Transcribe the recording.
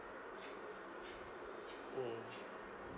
mm